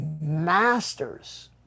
masters